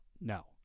No